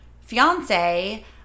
fiance